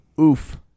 oof